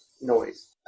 noise